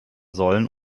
sollen